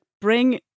bring